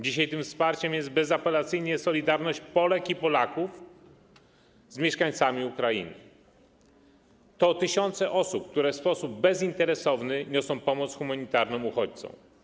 Dzisiaj tym wsparciem jest bezapelacyjnie solidarność Polek i Polaków z mieszkańcami Ukrainy - to tysiące osób, które w sposób bezinteresowny niosą pomoc humanitarną uchodźcom.